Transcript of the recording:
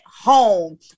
home